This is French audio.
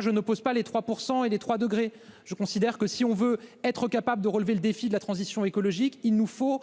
Je n'oppose pas les 3 % et les 3 degrés ! Je considère que si l'on veut être capable de relever le défi de la transition écologique, il faut